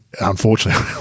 unfortunately